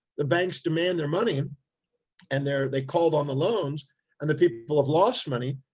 the banks demand their money and they're, they called on the loans and the people have lost money.